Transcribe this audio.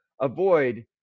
Avoid